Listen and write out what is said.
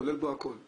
זה כולל בו הכול.